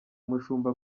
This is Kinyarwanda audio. umushumba